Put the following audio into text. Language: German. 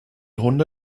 hunde